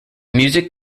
music